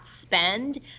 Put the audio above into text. spend